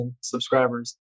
subscribers